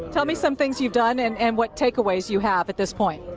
tell me some things you've done and and what takeaways you have at this point.